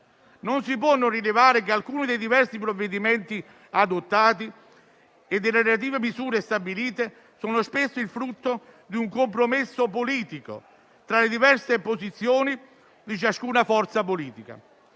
Non si può non rilevare che alcuni dei provvedimenti adottati e delle relative misure stabilite sono spesso il frutto di un compromesso politico tra le diverse posizioni di ciascuna forza politica.